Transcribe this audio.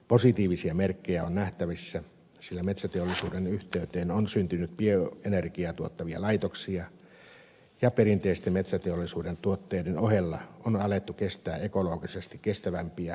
positiivisia merkkejä on nähtävissä sillä metsäteollisuuden yhteyteen on syntynyt bioenergiaa tuottavia laitoksia ja perinteisten metsäteollisuuden tuotteiden ohella on alettu käyttää ekologisesti kestävämpiä pakkausmateriaaleja